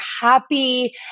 happy